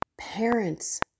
Parents